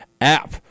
app